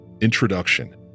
Introduction